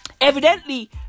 Evidently